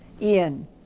Ian